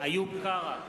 איוב קרא,